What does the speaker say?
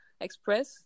express